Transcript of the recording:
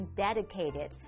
dedicated